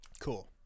Cool